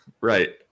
right